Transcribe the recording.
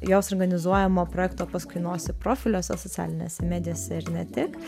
jos organizuojamo projekto paskui nosį profiliuose socialinėse medijose ir ne tik